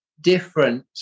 different